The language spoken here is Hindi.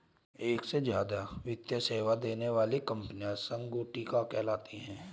एक से ज्यादा वित्तीय सेवा देने वाली कंपनियां संगुटिका कहलाती हैं